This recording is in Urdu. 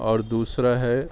اور دوسرا ہے